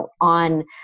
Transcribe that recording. on